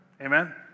Amen